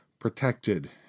Protected